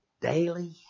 daily